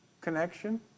connection